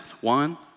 One